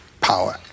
power